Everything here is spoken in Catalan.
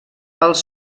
els